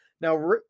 Now